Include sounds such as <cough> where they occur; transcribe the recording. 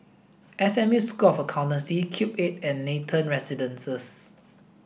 S M U School of Accountancy Cube eight and <unintelligible> Residences